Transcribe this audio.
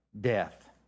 death